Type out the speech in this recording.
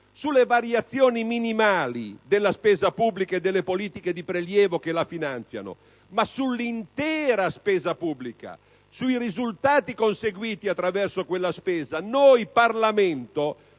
sulle variazioni minimali della spesa pubblica e delle politiche di prelievo che la finanziano, ma sull'intera spesa pubblica, sui risultati conseguiti attraverso quella spesa, noi Parlamento